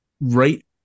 right